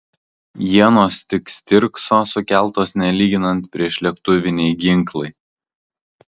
ienos tik stirkso sukeltos nelyginant priešlėktuviniai ginklai